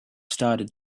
started